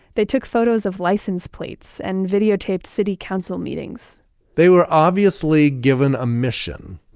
they took photos of license plates and videotaped city council meetings they were obviously given a mission